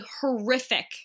horrific